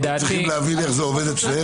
אנחנו צריכים להבין איך זה עובד אצלם בסוף.